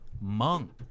Monk